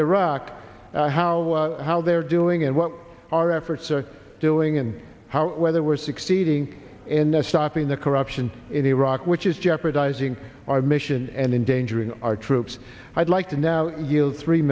iraq how how they're doing and what our efforts are doing and how whether we're succeeding and stopping the corruption in iraq which is jeopardizing our mission and endangering our troops i'd like to now yield three